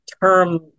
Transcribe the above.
term